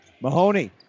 Mahoney